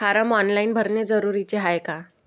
Form online भरने जरुरीचे हाय का?